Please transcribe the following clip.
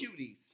cuties